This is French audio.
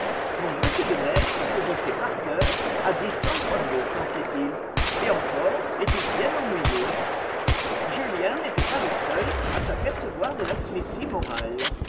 mon m de maistre que je sais par coeur a dit cent fois mieux pensait-il et encore est-il bien ennuyeux julien n'était pas le seul à s'apercevoir de l'asphyxie morale